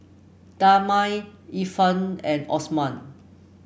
Damia Irfan and Osman